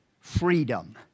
freedom